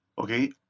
okay